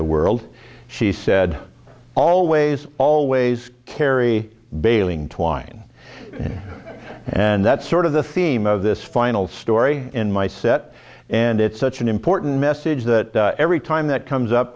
the world she said always always carry bailing twine and that's sort of the theme of this final story in my set and it's such an important message that every time that comes up